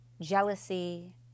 jealousy